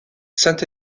saint